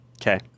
Okay